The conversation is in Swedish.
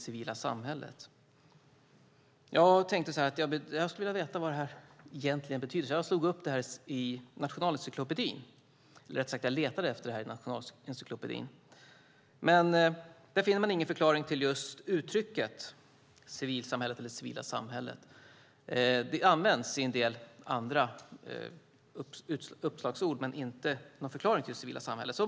Jag ville veta och letade efter en definition i Nationalencyklopedin men fann ingen. Uttrycket används under en del andra uppslagsord, men det förklaras inte.